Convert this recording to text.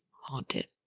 haunted